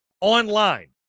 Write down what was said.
Online